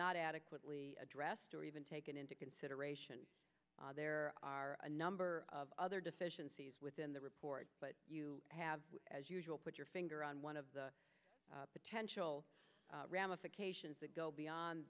not adequately addressed or even taken into consideration there are a number of other deficiencies within the report but you have as usual put your finger on one of the potential ramifications that go beyond